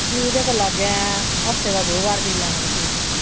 फ्ही ओह्दे कोला अग्गें हफ्ते दा दो बार पी लैना बिच्च बिच्च